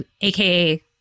AKA